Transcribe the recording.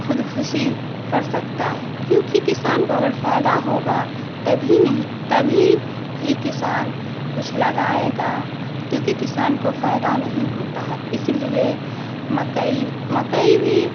خود کشی کر سکتا ہے کیونکہ کسان کو اگر فائدہ ہوگا تبھی نہیں تبھی ہی کسان کچھ لگائے گا کیونکہ کسان کو فائدہ نہیں ہوتا ہے اس لیے مکئی مکئی بھی